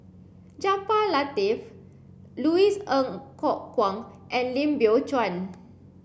Jaafar Latiff Louis Ng Kok Kwang and Lim Biow Chuan